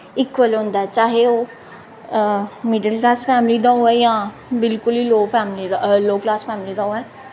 इक्को लेहा होंदा चाहे ओह् मिडल क्लास फैमली दा होऐ जां बिलकुल ही लो फैमली दा लो क्लास फैमली दा होऐ